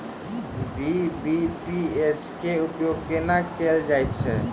BBPS केँ उपयोग केना कएल जाइत अछि?